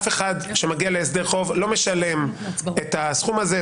אף אחד שמגיע להסדר חוב לא משלם את הסכום הזה.